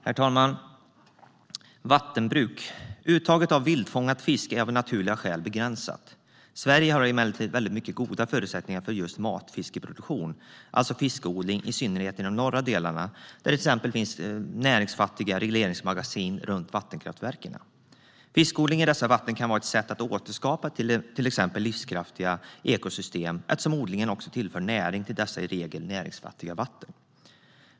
När det gäller vattenbruk är uttaget av vildfångad fisk av naturliga skäl begränsat. Sverige har emellertid mycket goda förutsättningar för just matfiskproduktion - alltså fiskodling - i synnerhet i de norra delarna där de näringsfattiga regleringsmagasinen runt vattenkraftverken finns. Fiskodling i dessa vatten kan vara ett sätt att återskapa till exempel livskraftiga ekosystem, eftersom odlingen tillför näring till dessa i regel näringsfattiga vatten.